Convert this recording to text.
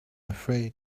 afraid